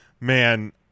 man